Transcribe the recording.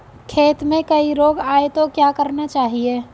खेत में कोई रोग आये तो क्या करना चाहिए?